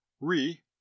re